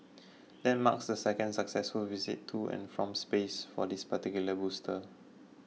that marks the second successful visit to and from space for this particular booster